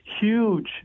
huge